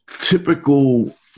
typical